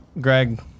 Greg